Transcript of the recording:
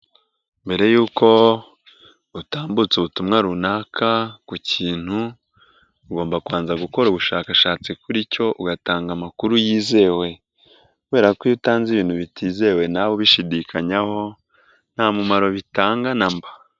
Mbere y'uko utambutsa ubutumwa runaka ku kintu, ugomba kubanza gukora ubushakashatsi kuri cyo ugatanga amakuru yizewe kubera ko iyotanze ibintu bitizewe nawe ubishidikanyaho nta mumaro bitanga na mba.